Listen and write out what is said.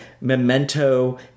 Memento